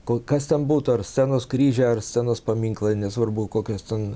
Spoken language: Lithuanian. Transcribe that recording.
ko kas ten būtų ar scenos kryžiai ar scenos paminklai nesvarbu kokios ten